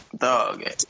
Dog